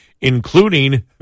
including